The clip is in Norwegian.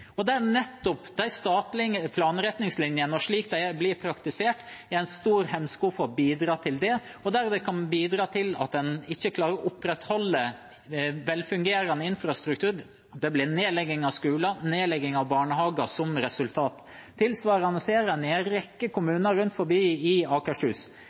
er nettopp de statlige planretningslinjene og slik de blir praktisert, en stor hemsko for å bidra til det. Dette kan bidra til at en ikke klarer å opprettholde velfungerende infrastruktur. Det blir nedlegging av skoler og barnehager som resultat. Tilsvarende ser en i en rekke kommuner rundt om i Akershus.